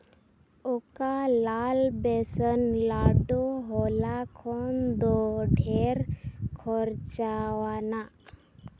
ᱚᱠᱟ ᱞᱟᱞ ᱵᱮᱥᱚᱱ ᱞᱟᱹᱰᱩ ᱦᱚᱞᱟ ᱠᱷᱚᱱ ᱫᱚ ᱰᱷᱮᱨ ᱠᱷᱚᱨᱪᱟᱣᱟᱱᱟᱜ